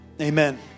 Amen